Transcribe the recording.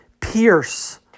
pierce